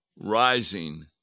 rising